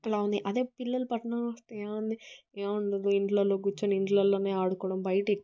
అట్లా ఉంది అదే పిల్లలు పట్నం వస్తే ఏముంది ఏముండదు ఇంట్లలో కూర్చుని ఇంట్లలోనే ఆడుకోవడం బయట